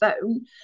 phone